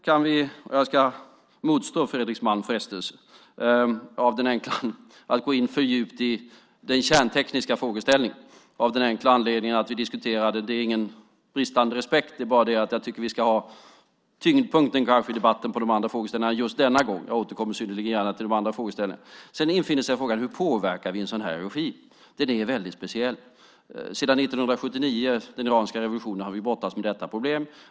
Jag ska motstå frestelsen från Fredrik Malm att gå in för djupt i den kärntekniska frågeställningen. Det är ingen bristande respekt, men jag tycker att vi ska ha tyngdpunkten i debatten på de andra frågeställningarna just denna gång. Jag återkommer synnerligen gärna till de andra frågeställningarna. Sedan infinner sig frågan: Hur påverkar vi en sådan här regim? Den är väldigt speciell. Sedan den iranska revolutionen 1979 har vi brottats med detta problem.